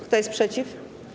Kto jest przeciw?